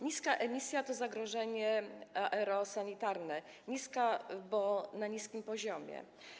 Niska emisja to zagrożenie aerosanitarne, „niska”, bo na niskim poziomie.